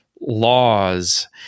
laws